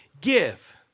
give